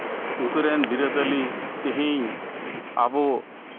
ᱩᱱᱠᱤᱱ ᱨᱮᱱ ᱵᱤᱨᱟᱹᱫᱟᱞᱤ ᱛᱤᱦᱤᱧ ᱟᱵᱚ